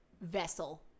vessel